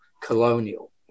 colonial